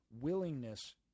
willingness